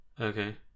okay